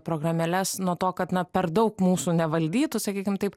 programėles nuo to kad na per daug mūsų nevaldytų sakykim taip